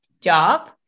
job